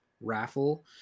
raffle